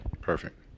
Perfect